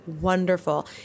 wonderful